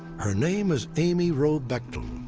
her name is amy wroe bechtel.